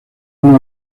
una